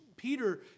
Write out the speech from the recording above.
Peter